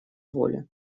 воле